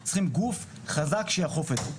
אנחנו צריכים גוף חזק שיאכוף את זה.